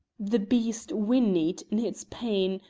the beast whinnied in its pain,